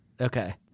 Okay